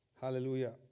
Hallelujah